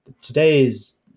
today's